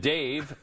Dave